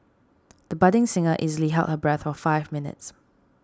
the budding singer easily held her breath for five minutes